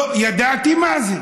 לא ידעתי מה זה.